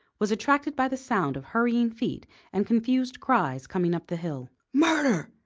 was attracted by the sound of hurrying feet and confused cries coming up the hill. murder!